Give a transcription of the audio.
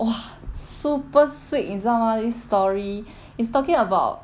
!wah! super sweet 你知道吗 this story it's talking about